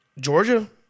Georgia